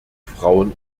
frauen